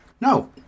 No